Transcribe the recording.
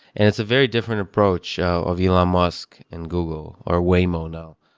and it's a very different approach so of elon musk and google are way mono.